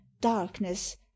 darkness